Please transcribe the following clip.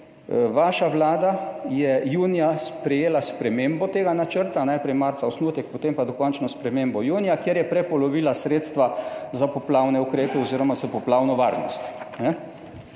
vaša vlada je junija sprejela spremembo tega načrta, najprej marca osnutek, potem pa dokončno spremembo junija, kjer je prepolovila sredstva za poplavne ukrepe oziroma za poplavno varnost.